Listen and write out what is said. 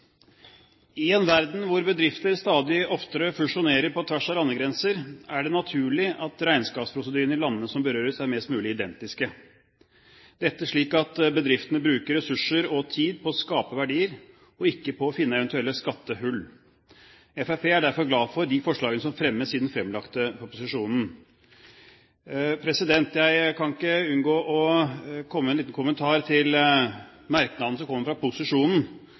det naturlig at regnskapsprosedyrene i landene som berøres, er mest mulig identiske, dette slik at bedriftene bruker ressurser og tid på å skape verdier, ikke på å finne eventuelle skattehull. Fremskrittspartiet er derfor glad for de forslagene som fremmes i den fremlagte proposisjonen. Jeg kan ikke unngå å komme med en liten kommentar til merknaden som kommer fra posisjonen